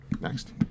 Next